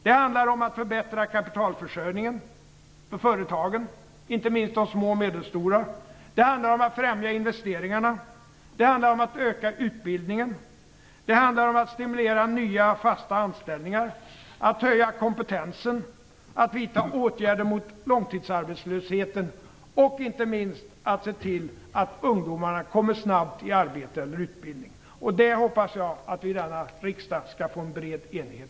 Det handlar om att förbättra kapitalförsörjningen för företagen, inte minst de små och medelstora. Det handlar om att främja investeringarna. Det handlar om att öka utbildningen. Det handlar om att stimulera nya och fasta anställningar, om att höja kompetensen, om att vidta åtgärder mot långtidsarbetslösheten och, inte minst, om att se till att ungdomarna snabbt kommer i arbete eller utbildning. Om det hoppas jag att vi i denna riksdag skall få en bred enighet.